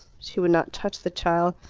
she would not touch the child.